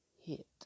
hit